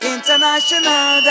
International